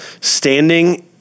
standing